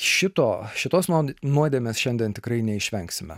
šito šitos mano nuodėmės šiandien tikrai neišvengsime